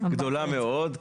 גדולה מאוד.